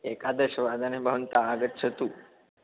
एकादशवादने भवन्तः आगच्छन्तु